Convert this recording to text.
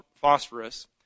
phosphorus